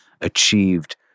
achieved